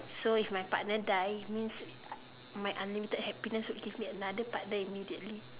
so if my partner dies that means my unlimited happiness will give me another partner immediately